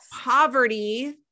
poverty